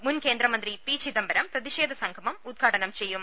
മുൻകേന്ദ്രമന്ത്രി P Chidambaram പ്രതിഷേധ സംഗമം ഉദ്ഘാടനം ചെയ്യും